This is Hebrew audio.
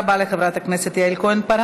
תודה רבה לחברת הכנסת יעל כהן-פארן.